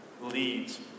leads